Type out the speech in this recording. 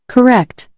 Correct